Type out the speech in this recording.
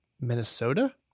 Minnesota